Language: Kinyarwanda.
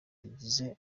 bigize